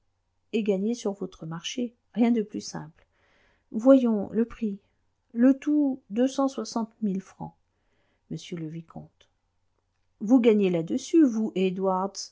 et gagner sur votre marché rien de plus simple voyons le prix le tout deux cent soixante mille francs monsieur le vicomte vous gagnez là-dessus vous